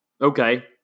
Okay